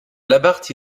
labarthe